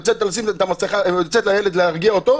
יוצאת אל הילד להרגיע אותו,